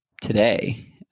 today